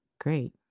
great